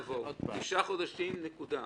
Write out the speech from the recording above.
תשעה חודשים, נקודה.